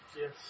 Yes